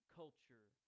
culture